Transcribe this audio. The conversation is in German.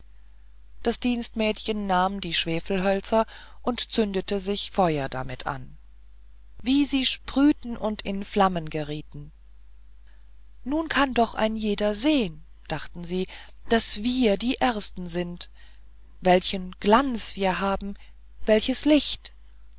das dienstmädchen nahm die schwefelhölzer und zündete sich feuer damit an wie sie sprühten und in flammen gerieten nun kann doch ein jeder sehen dachten sie daß wir die ersten sind welchen glanz wir haben welches licht